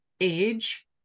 age